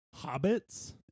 Hobbits